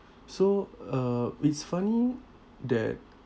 so uh it's funny that